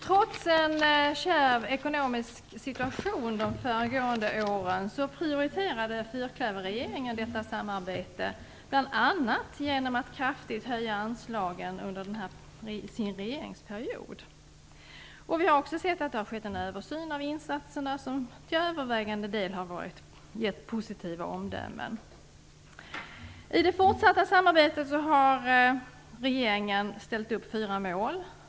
Trots en kärv ekonomisk situation de föregående åren prioriterade fyrklöverregeringen detta samarbete bl.a. genom att kraftigt höja anslagen under sin regeringsperiod. Vi har också sett att det har skett en översyn av insatserna som till övervägande del har gett positiva omdömen. I det fortsatta samarbetet har regeringen ställt upp fyra mål.